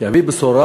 יביא בשורה,